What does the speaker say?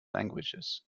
languages